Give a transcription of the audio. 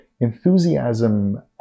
enthusiasm